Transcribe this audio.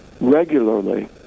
regularly